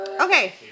Okay